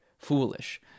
foolish